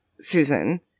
Susan